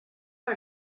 for